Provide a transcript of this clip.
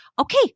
okay